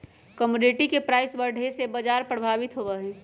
commodity के price बढ़े से बाजार प्रभावित होबा हई